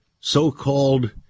so-called